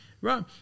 Right